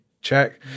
check